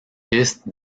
pistes